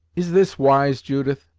is this wise, judith?